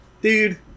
dude